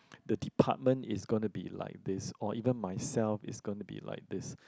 the department is gonna be like this or even myself is gonna be like this